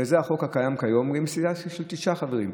וזה החוק הקיים כיום עם סיעה של תשעה חברים.